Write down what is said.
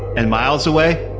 and miles away,